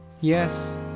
Yes